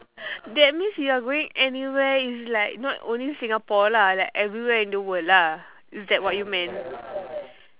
that means you are going anywhere is like not only singapore lah like everywhere in the world lah is that what you meant